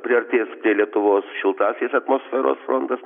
priartės prie lietuvos šiltasis atmosferos frontas